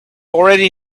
already